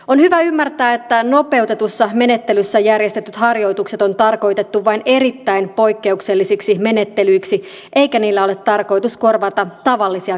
on hyvä ymmärtää että nopeutetussa menettelyssä järjestetyt harjoitukset on tarkoitettu vain erittäin poikkeuksellisiksi menettelyiksi eikä niillä ole tarkoitus korvata tavallisia kertausharjoituksia